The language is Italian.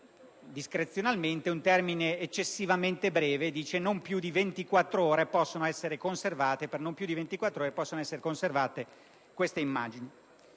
discrezionalmente un termine eccessivamente breve: per non più di ventiquattr'ore possono essere conservate queste immagini.